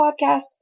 podcasts